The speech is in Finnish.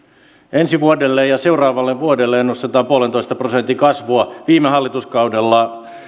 ensi vuodelle ja seuraavalle vuodelle ennustetaan puolentoista prosentin kasvua viime hallituskaudella